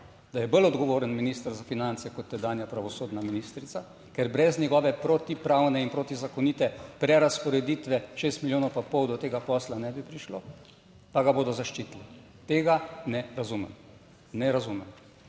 da je bolj odgovoren minister za finance kot tedanja pravosodna ministrica, ker brez njegove protipravne in protizakonite prerazporeditve šest milijonov pa pol do tega posla ne bi prišlo, pa ga bodo zaščitili. Tega ne razumem, ne razumem.